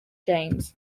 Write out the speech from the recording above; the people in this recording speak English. james